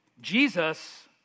Jesus